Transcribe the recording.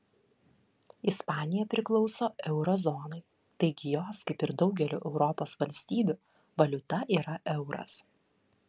ispanija priklauso euro zonai taigi jos kaip ir daugelio europos valstybių valiuta yra euras